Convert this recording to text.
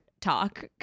talk